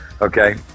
okay